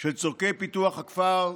של צורכי פיתוח הכפר,